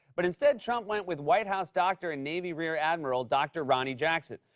but instead, trump went with white house doctor and navy rear admiral dr. ronny jackson.